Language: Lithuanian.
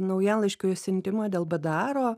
naujienlaiškių siuntimą dėl bdaro